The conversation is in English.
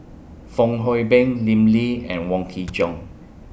Fong Hoe Beng Lim Lee and Wong Kin Jong